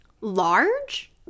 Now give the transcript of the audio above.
large